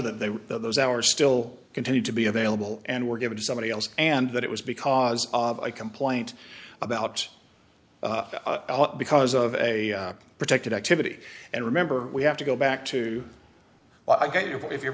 that they were those hours still continued to be available and were given to somebody else and that it was because of a complaint about because of a protected activity and remember we have to go back to i